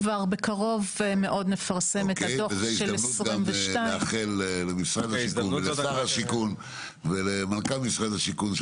בקרוב מאוד נפרסם את הדוח של 2022. בהזדמנות זאת נאחל בהצלחה למשרד השיכון,